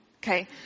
Okay